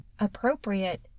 appropriate